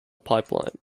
pipeline